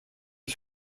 est